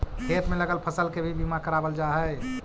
खेत में लगल फसल के भी बीमा करावाल जा हई